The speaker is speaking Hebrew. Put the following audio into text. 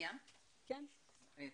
תודה.